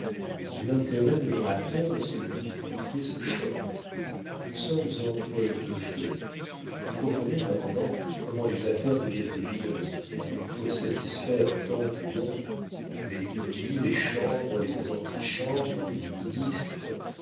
attaqué l'intérêt de l'orateur et celui du banquier se choquent nous sommes entre deux feux vous comprenez maintenant comment les affaires deviennent épineuses il faut satisfaire tant de monde les commis les chambres les antichambres les ministres